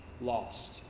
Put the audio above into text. lost